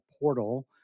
Portal